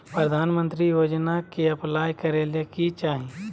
प्रधानमंत्री योजना में अप्लाई करें ले की चाही?